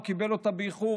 או קיבל אותה באיחור,